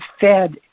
fed